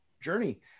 journey